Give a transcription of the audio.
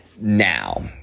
now